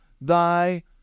thy